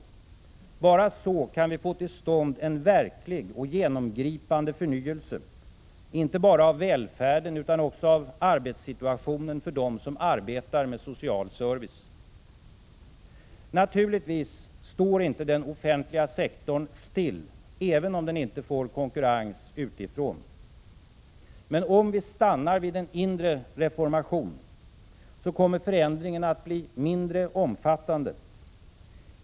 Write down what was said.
Bara så kan vi få till stånd en verklig och genomgripande förnyelse, inte bara av välfärden utan också av arbetssituationen för dem som arbetar med social service. Naturligtvis står inte den offentliga sektorn still även om den inte får konkurrens utifrån. Men om vi stannar vid en inre reformation kommer förändringen att bli mindre omfattande.